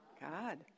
God